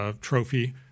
trophy